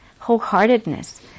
wholeheartedness